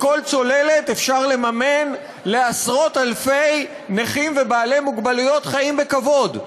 בכל צוללת אפשר לממן לעשרות-אלפי נכים ובעלי מוגבלויות חיים בכבוד.